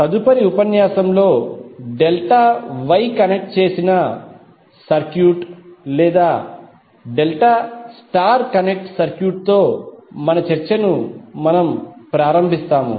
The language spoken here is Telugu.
తదుపరి ఉపన్యాసంలో డెల్టా వై కనెక్ట్ చేసిన సర్క్యూట్ లేదా డెల్టా స్టార్ కనెక్ట్ సర్క్యూట్తో మన చర్చను ప్రారంభిస్తాము